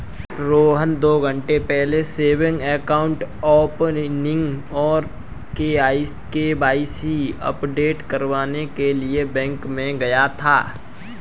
रोहन दो घन्टे पहले सेविंग अकाउंट ओपनिंग और के.वाई.सी अपडेट करने के लिए बैंक गया था